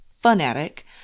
fanatic